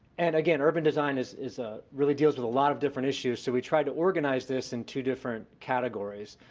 and, again, urban design is is ah really deals with a lot of different issues, so we tried to organize this in two different categories,